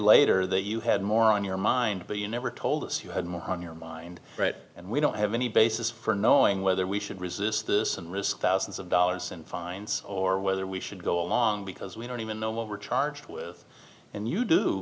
later that you had more on your mind but you never told us you had more on your mind right and we don't have any basis for knowing whether we should resist this and risk thousands of dollars in fines or whether we should go along because we don't even know what we're charged with and you do